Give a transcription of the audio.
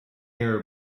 near